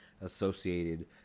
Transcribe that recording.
associated